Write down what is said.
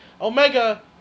Omega